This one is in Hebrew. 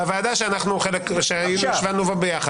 בוועדה שישבנו בה.